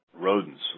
rodents